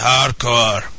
Hardcore